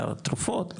תרופות,